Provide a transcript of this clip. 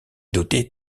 dotée